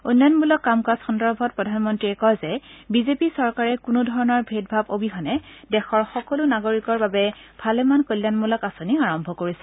উন্নয়নমূলক কাম কাজ সন্দৰ্ভত প্ৰধানমন্ত্ৰীয়ে কয় যে বিজেপি চৰকাৰে কোনো ধৰণৰ ভেদভাৱ অবিহনে দেশৰ সকলো নাগৰিকৰ বাবে ভালেমান কল্যাণমূলক আঁচনি আৰম্ভ কৰিছে